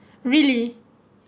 really